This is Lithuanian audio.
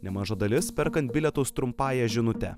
nemaža dalis perkant bilietus trumpąja žinute